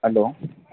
hello